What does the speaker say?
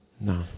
No